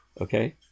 okay